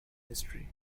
history